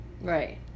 Right